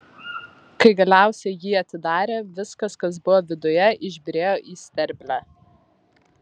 kai galiausiai jį atidarė viskas kas buvo viduje išbyrėjo į sterblę